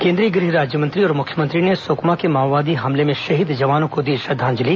केंद्रीय गृह राज्यमंत्री और मुख्यमंत्री ने सुकमा के माओवादी हमले में शहीद जवानों को दी श्रद्दांजलि